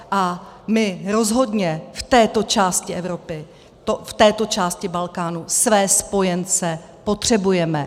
A my rozhodně v této části Evropy, v této části Balkánu své spojence potřebujeme.